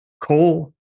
coal